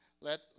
let